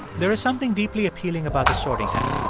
there is something deeply appealing about the sorting hat.